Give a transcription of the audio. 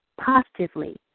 positively